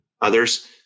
others